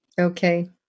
Okay